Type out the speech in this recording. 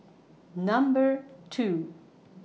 Number two